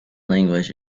language